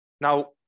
now